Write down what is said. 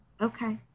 Okay